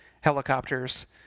helicopters